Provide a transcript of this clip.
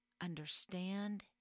understand